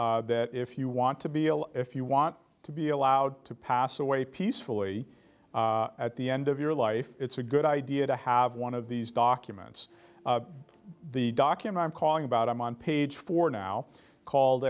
document that if you want to be ill if you want to be allowed to pass away peacefully at the end of your life it's a good idea to have one of these documents the document calling about i'm on page four now called